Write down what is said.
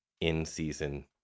in-season